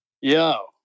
Yo